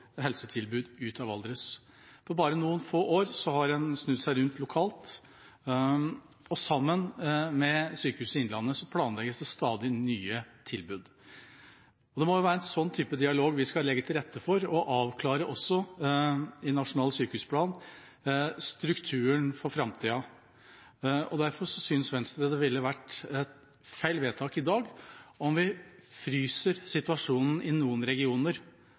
ryke ut av Valdres. På bare noen få år har en snudd seg rundt lokalt, og sammen med Sykehuset Innlandet HF planlegges det stadig nye tilbud. Det må være en sånn type dialog vi skal legge til rette for og avklare, også i nasjonal sykehusplan – strukturen for framtida. Derfor synes Venstre det ville være et feil vedtak i dag om vi fryser situasjonen i